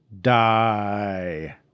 die